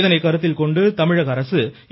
இதனை கருத்தில்கொண்டு தமிழக அரசு இ